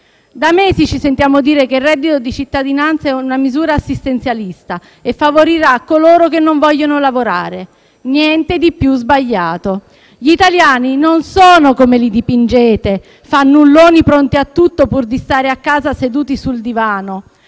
Da mesi ci sentiamo dire che il reddito di cittadinanza è una misura assistenzialista e favorirà coloro che non vogliono lavorare: niente di più sbagliato. Gli italiani non sono come li dipingete, fannulloni pronti a tutto pur di stare a casa seduti sul divano.